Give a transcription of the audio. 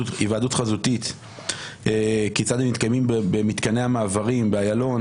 חזותית כיצד הם מתקיימים במתקני המעברים באיילון,